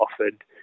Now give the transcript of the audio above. offered